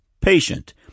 patient